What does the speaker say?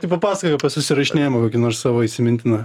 tai papasakok apie susirašinėjimą kokį nors savo įsimintiną